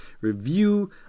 review